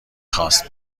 خواست